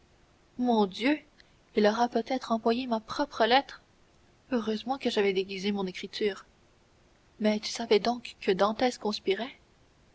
mon dieu il aura peut-être envoyé ma propre lettre heureusement que j'avais déguisé mon écriture mais tu savais donc que dantès conspirait